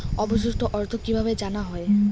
অবশিষ্ট অর্থ কিভাবে জানা হয়?